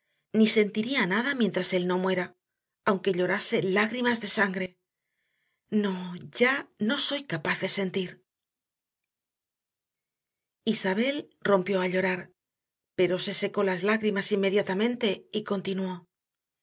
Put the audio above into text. ni sentiría nada mientras él no muera aunque llorase lágrimas de sangre no ya no soy capaz de sentir isabel rompió a llorar pero se secó las lágrimas inmediatamente y continuó